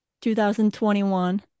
2021